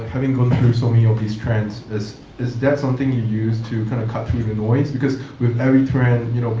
having gone through so many of these trends, is is that something you use to kind of cut through the noise? because with every trend,